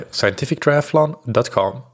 scientifictriathlon.com